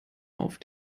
auf